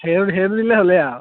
সেই সেইটো দিলে হ'লে আৰু